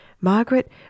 Margaret